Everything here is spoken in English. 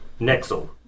Nexel